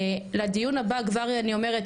לדיון הבא כבר אני אומרת,